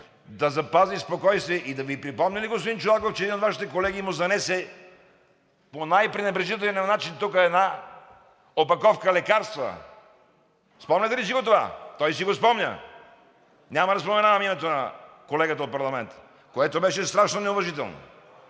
да запази спокойствие. Да Ви припомня ли, господин Чолаков, че един от Вашите колеги му занесе по най-пренебрежителния начин една опаковка лекарства? Спомняте ли си го това? Той си го спомня. Няма да споменавам името на колегата от парламента, което беше страшно неуважително.